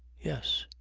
yes.